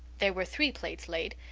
there were three plates laid,